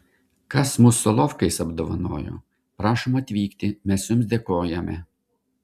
kas mus solovkais apdovanojo prašom atvykti mes jums dėkojame